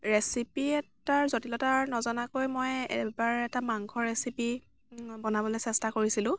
recipe এটাৰ জটিলতা নজনাকৈ মই এবাৰ এটা মাংসৰ ৰেচিপি বনাবলৈ চেষ্টা কৰিছিলোঁ